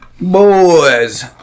boys